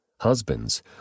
Husbands